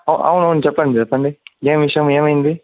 ఆ అవునవును చెప్పండి చెప్పండి ఏంటి విషయం ఏమైంది